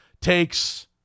takes